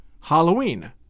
Halloween